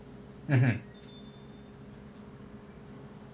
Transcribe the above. mmhmm